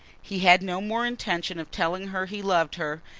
he had no more intention of telling her he loved her,